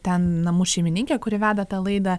ten namų šeimininkė kuri veda tą laidą